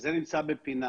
וזה נמצא בפינה.